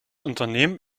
unternehmen